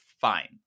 fine